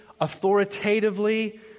authoritatively